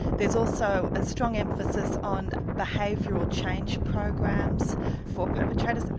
there's also a strong emphasis on behavioural change programs for perpetrators.